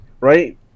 right